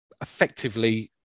effectively